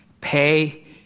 Pay